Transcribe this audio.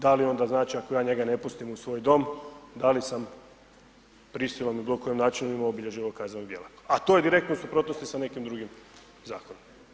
Da li onda znači ako ja njega ne pustim u svoj dom, da li sam prisilom ili bilo koji načinima obilježja ovog kaznenog djela, a to je direktno u suprotnosti sa nekim drugim zakonima.